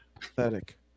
Pathetic